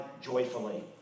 joyfully